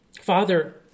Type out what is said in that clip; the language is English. Father